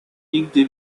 nigdy